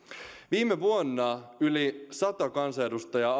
viime vuonna yli sata kansanedustajaa